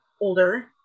older